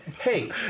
Hey